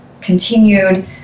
continued